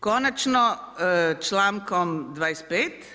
Konačno, člankom 25.